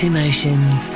Emotions